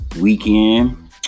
weekend